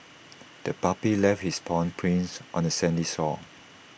the puppy left its paw prints on the sandy shore